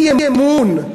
אי-אמון,